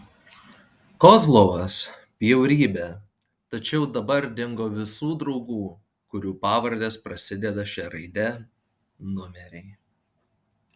kozlovas bjaurybė tačiau dabar dingo visų draugų kurių pavardės prasideda šia raide numeriai